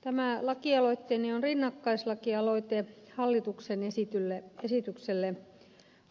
tämä lakialoitteeni on rinnakkaislakialoite hallituksen esitykselle